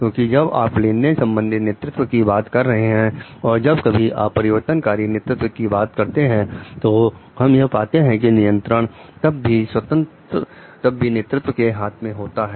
क्योंकि जब आप लेनदेन संबंधित नेतृत्व की बात कर रहे हैं और जब कभी आप परिवर्तनकारी नेतृत्व की बात करते हैं तो हम यह पाते हैं कि नियंत्रण तब भी नेतृत्व के हाथ में होता है